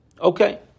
Okay